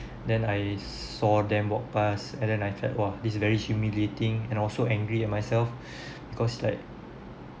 then I saw them walk pass and then I felt !wah! this is very humiliating and I was so angry at myself because like